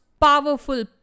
powerful